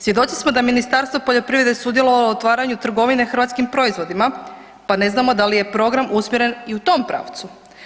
Svjedoci smo da je Ministarstvo poljoprivrede sudjelovalo u otvaranju Trgovine hrvatskim proizvodima pa ne znamo da li je program usmjeren i u tom pravcu.